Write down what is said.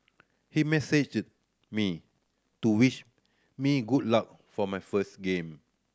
he messaged me to wish me good luck for my first game